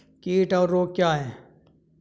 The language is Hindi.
कीट और रोग क्या हैं?